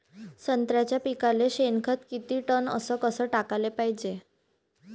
संत्र्याच्या पिकाले शेनखत किती टन अस कस टाकाले पायजे?